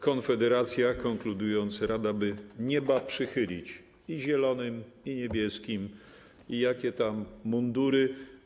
Konfederacja, konkludując, rada by nieba przychylić i zielonym, i niebieskim, i jakie tam mundury.